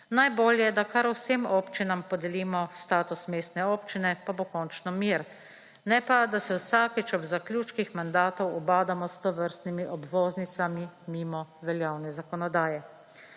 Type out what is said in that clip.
Najbolje da kar vsem občinam podelimo status mestne občine, pa bo končno mir, ne pa da se vsakič ob zaključkih mandatov ubadamo s tovrstnimi obvoznicami mimo veljavne zakonodaje.